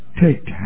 take